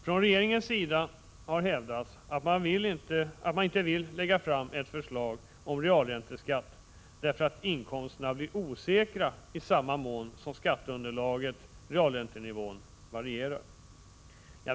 Från regeringens sida har hävdats att man inte vill lägga fram ett förslag om realränteskatt därför att inkomsterna blir osäkra i samma mån som skatteunderlaget/realräntenivån varierar.